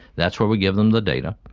that's where we give them the data.